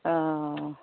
অঁ